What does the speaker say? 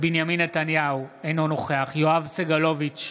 בנימין נתניהו, אינו נוכח יואב סגלוביץ'